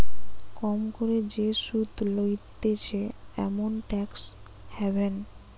কম করে যে সুধ লইতেছে এমন ট্যাক্স হ্যাভেন